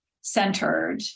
centered